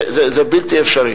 זה בלתי אפשרי.